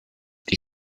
die